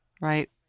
Right